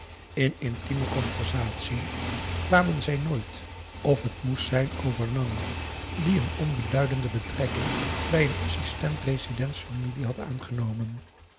in intieme conversatiën kwamen zij nooit of het moest zijn over nanni die een onbeduidende betrekking bij een assistent residentsfamilie had aangenomen